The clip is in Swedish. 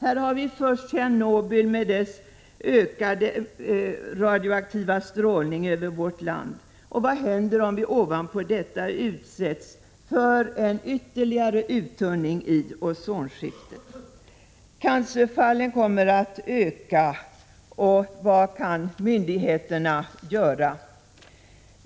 Här har vi först Tjernobylolyckan, med dess ökade radioaktiva strålning över vårt land. Vad händer om vi ovanpå detta utsätts för en ytterligare uttunning av ozonskiktet? Cancerfallen kommer att öka, och vad kan myndigheterna göra?